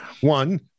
one